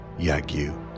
Yagyu